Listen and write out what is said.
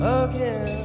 again